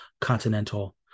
Continental